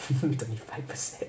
twenty five percent